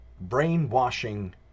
brainwashing